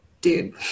dude